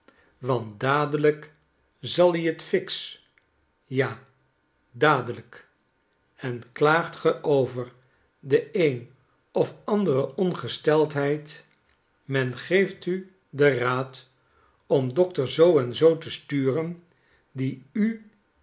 want dadelijk zal i t fl fix ja dadelijk en klaagt ge over de een of andere ongesteldheid men geeft u den raad om dokter zoo en zoo te sturen die u